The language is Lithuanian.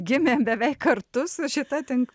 gimė beveik kartu su šita